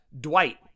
Dwight